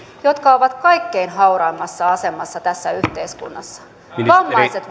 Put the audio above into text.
jotka ovat kaikkein hauraimmassa asemassa tässä yhteiskunnassa vammaiset